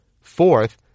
fourth